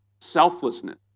selflessness